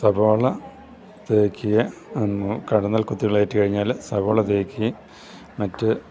സവോള തേക്കുക കടന്നൽ കുത്തുകളേറ്റു കഴിഞ്ഞാൽ സവോള തേക്കുകയും മറ്റ്